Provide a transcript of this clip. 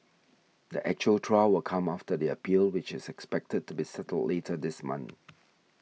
the actual trial will come after the appeal which is expected to be settled later this month